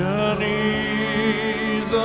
Journeys